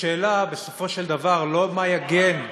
השאלה בסופו של דבר היא לא מה יגן,